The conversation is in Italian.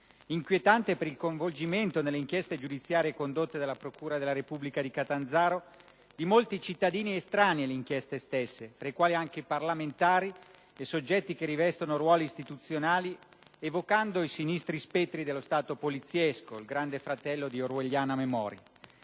inquietante per il coinvolgimento, nelle inchieste giudiziarie condotte dalla Procura della Repubblica di Catanzaro, di molti cittadini estranei alle inchieste, tra i quali anche parlamentari e soggetti che rivestono ruoli istituzionali evocando i sinistri spettri dello Stato poliziesco (il «grande fratello» di orwelliana memoria).